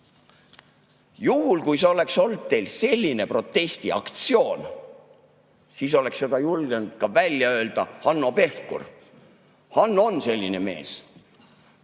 Juhul, kui see oleks olnud teil selline protestiaktsioon, siis oleks julgenud seda välja öelda ka Hanno Pevkur. Hanno on selline mees.